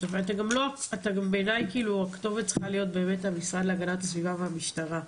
אתה גם בעיני הכתובת צריכה להיות המשרד להגנת הסביבה והמשטרה.